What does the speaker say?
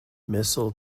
missile